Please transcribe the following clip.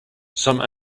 some